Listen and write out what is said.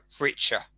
richer